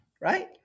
right